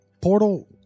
Portal